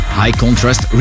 high-contrast